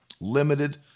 Limited